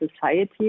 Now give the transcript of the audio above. society